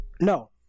No